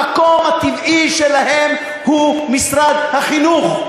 המקום הטבעי שלהם הוא משרד החינוך,